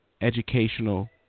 Educational